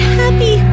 happy